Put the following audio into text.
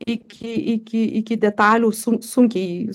iki iki iki detalių su sunkiai